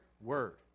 word